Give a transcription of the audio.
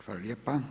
Hvala lijepa.